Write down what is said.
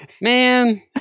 Man